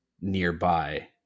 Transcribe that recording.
nearby